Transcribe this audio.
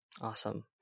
Awesome